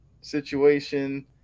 situation